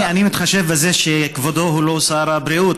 אני מתחשב בזה שכבודו הוא לא שר הבריאות,